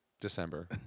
December